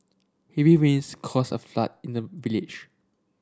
heavy rains caused a flood in the village